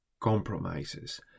compromises